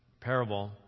parable